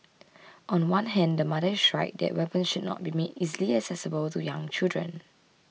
on one hand the mother is right that weapons should not be made easily accessible to young children